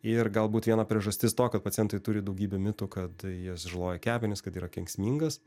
ir galbūt viena priežastis to kad pacientai turi daugybę mitų kad jis žaloja kepenis kad yra kenksmingas